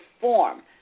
form